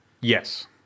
Yes